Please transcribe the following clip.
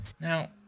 Now